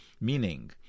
meaning